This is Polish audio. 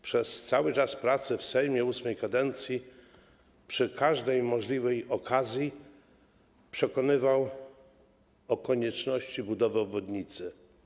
Przez cały czas pracy w Sejmie VIII kadencji przy każdej możliwej okazji przekonywał o konieczności budowy obwodnicy.